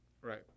Right